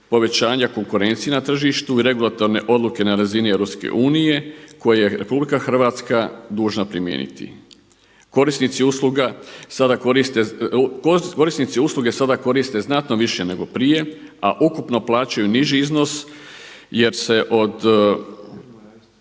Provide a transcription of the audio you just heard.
povećanja konkurencije na tržištu, regulatorne odluke na razini EU koje je RH dužna primijeniti. Korisnici usluge sada koriste znatno više nego prije, a ukupno plaćaju niži iznos jer se